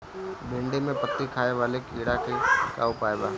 भिन्डी में पत्ति खाये वाले किड़ा के का उपाय बा?